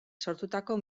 sortutako